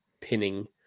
pinning